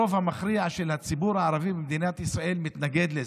הרוב המכריע של הציבור הערבי במדינת ישראל מתנגד לזה.